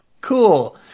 Cool